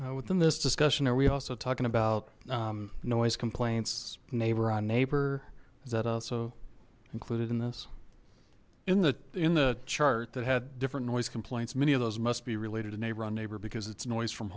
beer within this discussion are we also talking about noise complaints neighbor on neighbor is that also included in this in the in the chart that had different noise complaints many of those must be related to neighbor on neighbor because it's noise from